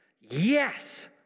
Yes